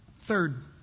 Third